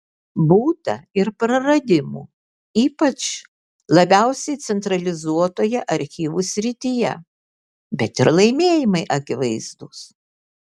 būta ir praradimų ypač labiausiai centralizuotoje archyvų srityje bet ir laimėjimai akivaizdūs